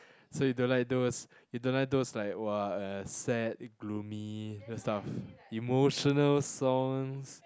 so you don't like those you don't like those like !wah! uh sad gloomy those type of emotional songs